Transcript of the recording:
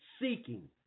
Seeking